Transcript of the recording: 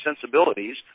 sensibilities